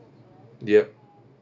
yup